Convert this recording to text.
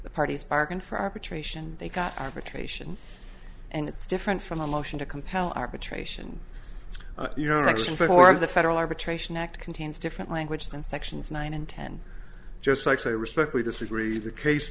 the parties bargain for arbitration they got arbitration and it's different from a motion to compel arbitration you know action four of the federal arbitration act contains different language than sections nine and ten just like so i respectfully disagree the case